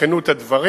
תבחנו את הדברים,